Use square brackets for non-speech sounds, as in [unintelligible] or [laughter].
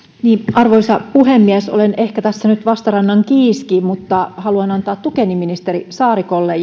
arvoisa puhemies olen ehkä tässä nyt vastarannan kiiski mutta haluan antaa tukeni ministeri saarikolle [unintelligible]